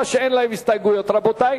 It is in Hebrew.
של מרצ.